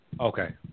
Okay